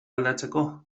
aldatzeko